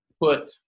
put